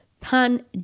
Pan